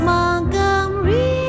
Montgomery